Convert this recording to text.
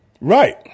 right